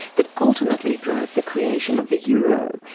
that ultimately drove the creation of the euro,